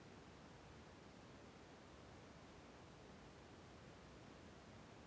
ನಮಗೆ ಕೃಷಿ ಮಾಡಾಕ ಯಾವ ಟ್ರ್ಯಾಕ್ಟರ್ ತುಂಬಾ ಕಡಿಮೆ ಬೆಲೆಗೆ ಸಿಗುತ್ತವೆ?